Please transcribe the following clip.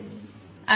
આ બનશે